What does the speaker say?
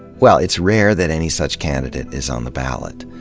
well, it's rare that any such candidate is on the ballot.